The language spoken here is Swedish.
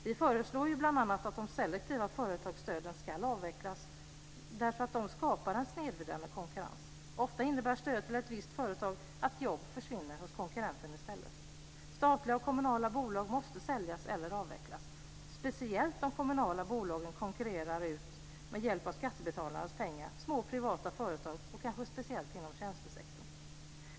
Vi föreslår ju bl.a. att de selektiva företagsstöden ska avvecklas eftersom de skapar en snedvridande konkurrens. Ofta innebär stöd till ett visst företag att jobb i stället försvinner hos konkurrenten. Statliga och kommunala bolag måste säljas eller avvecklas. Speciellt de kommunala bolagen konkurrerar, med hjälp av skattebetalarnas pengar, ut små privata företag, kanske speciellt inom tjänstesektorn.